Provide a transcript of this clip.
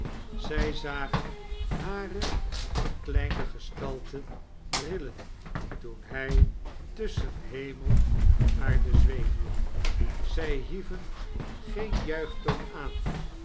zij zagen hare verkleinde gestalte rillen toen hy tusschen heme en aarde zweefde zy hieven geen juichtoon aan